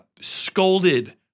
scolded